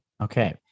Okay